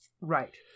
Right